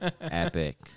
Epic